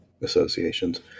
associations